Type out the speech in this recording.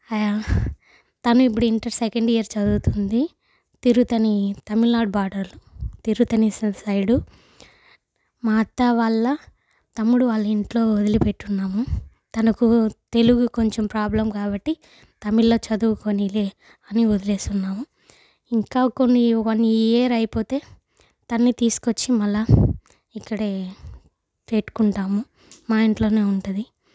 తను ఇప్పుడు inter second year చదువుతుంది తిరుత్తని తమిళనాడు బార్డర్ తిరుత్తని సైడు మా అత్త వాళ్ళ తమ్ముడు వాళ్ళ ఇంట్లో వదిలి పెట్టి ఉన్నాము తనకు తెలుగు కొంచెం ప్రాబ్లం కాబట్టి తమిళ్లో చదువుకోనీలే అని వదిలేసి ఉన్నాము ఇంకా కొన్ని వన్ ఇయర్ అయిపోతే తనని తీసుకొచ్చి మళ్ళీ ఇక్కడే పెట్టుకుంటాము మా ఇంట్లోనే ఉంటుంది